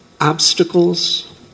obstacles